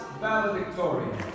valedictorian